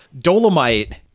Dolomite